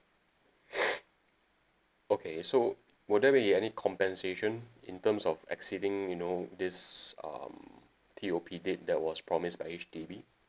okay so will there be any compensation in terms of exceeding you know this um T_O_P date that was promised by H_D_B